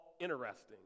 interesting